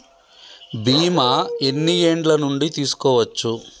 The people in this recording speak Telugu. బీమా ఎన్ని ఏండ్ల నుండి తీసుకోవచ్చు?